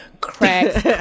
cracks